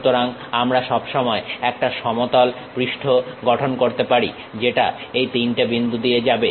সুতরাং আমরা সব সময় একটা সমতল পৃষ্ঠ গঠন করতে পারি যেটা এই তিনটে বিন্দুগুলো দিয়ে যাবে